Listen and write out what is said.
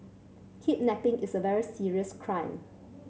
kidnapping is a very serious crime